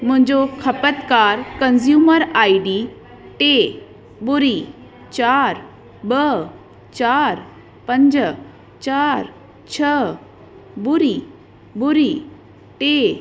मुंहिंजो खपतकार consumer ID टे ॿुड़ी चारि ॿ चारि पंज चारि छ ॿुड़ी ॿुड़ी टे